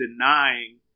denying